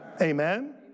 Amen